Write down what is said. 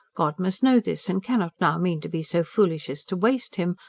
god must know this, and cannot now mean to be so foolish as to waste him,